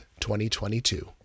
2022